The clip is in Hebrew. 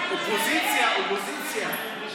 אופוזיציה, אופוזיציה.